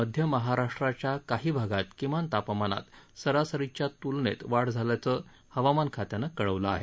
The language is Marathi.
मध्य महाराष्ट्राच्या काही भागात किमान तापमानात सरासरीच्या तुलनेत वाढ झाली असल्याचं हवामान खात्यानं कळवलं आहे